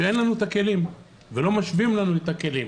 כשאין לנו את הכלים ולא משווים לנו את הכלים.